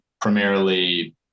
primarily